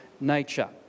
nature